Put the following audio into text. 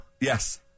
Yes